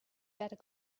better